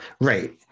Right